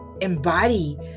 embody